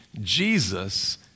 Jesus